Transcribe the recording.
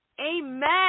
amen